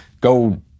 go